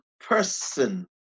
person